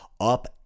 up